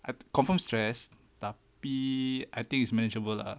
I confirm stress tapi I think it's manageable lah